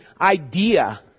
idea